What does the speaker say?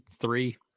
three